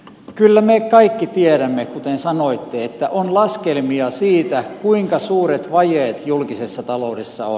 kyllä me kaikki tiedämme kuten sanoitte että on laskelmia siitä kuinka suuret vajeet julkisessa taloudessa on